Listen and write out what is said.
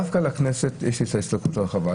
דווקא לכנסת יש את ההסתכלות הרחבה.